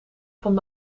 van